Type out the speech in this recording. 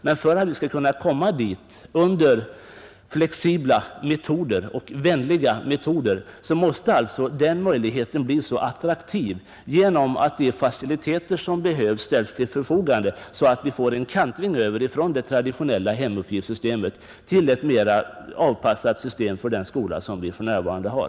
Men för att vi skall kunna nå dit, måste den möjligheten göras attraktiv genom att faciliteter ställs till förfogande så att vi får en kantring över från det traditionella hemuppgiftssystemet till ett system som är bättre avpassat för den skola som vi nu har.